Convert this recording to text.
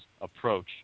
approach